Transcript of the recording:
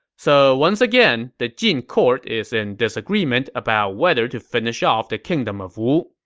so once again, the jin court is in disagreement about whether to finish off the kingdom of wu.